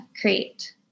create